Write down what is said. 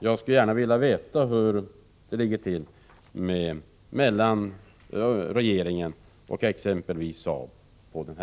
Jag skulle gärna vilja veta hur det på denna punkt ligger till med eventuella förhandlingar mellan regeringen och exempelvis Saab.